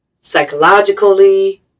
psychologically